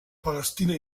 palestina